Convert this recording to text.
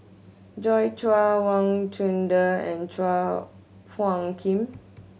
Joi Chua Wang Chunde and Chua Phung Kim